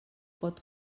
pot